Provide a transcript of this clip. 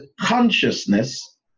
consciousness